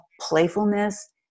playfulness